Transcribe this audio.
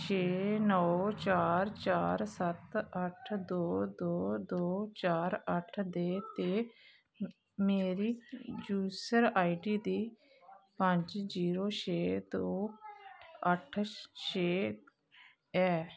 छेऽ नौ चार चार सत्त अट्ठ दो दो दो चार अट्ठ दे ते मेरी यूज़र आई डी दी पंज जीरो छेऽ दो अट्ठ छेऽ ऐ